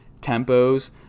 tempos